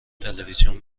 تلویزیون